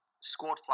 squad